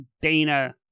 Dana